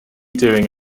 doing